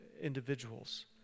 individuals